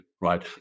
right